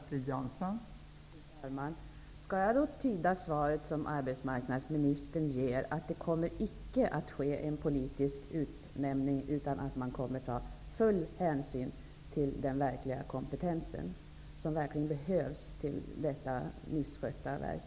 Fru talman! Skall jag tyda svaret som arbetsmarknadsministern ger så, att det icke kommer att ske någon politisk utnämning, utan att man kommer att ta full hänsyn till att det verkligen behövs en kompetent person till detta misskötta verk?